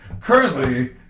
Currently